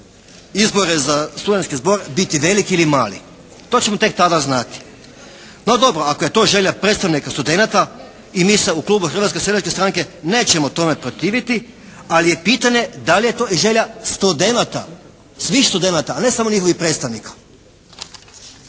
izbore za studentski zbor biti veliki ili mali? To ćemo tek tada znati. No dobro. Ako je to želja predstavnika studenata i mi se u klubu Hrvatske seljačke stranke nećemo tome protiviti, ali je pitanje da li je to i želja studenata, svih studenata a ne samo njihovih predstavnika.